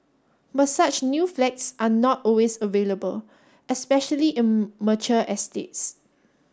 but such new flags are not always available especially in mature estates